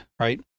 right